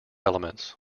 elements